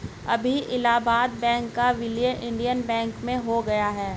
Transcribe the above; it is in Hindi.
अभी इलाहाबाद बैंक का विलय इंडियन बैंक में हो गया है